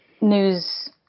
news